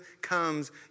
comes